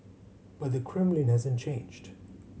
but the Kremlin hasn't changed